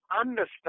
understand